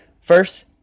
First